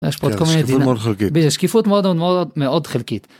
יש פה את כל המדינה. שקיפות מאד מאד חלקית.